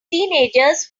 teenagers